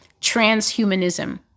transhumanism